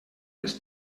les